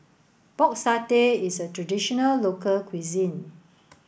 Pork Satay is a traditional local cuisine